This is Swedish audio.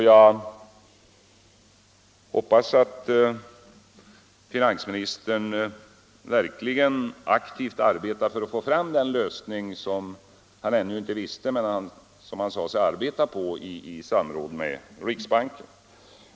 Jag hoppas att finansministern verkligen aktivt arbetar för att få fram den lösning som han ännu inte har hittat men som han sade sig arbeta på i samråd med riksbanken.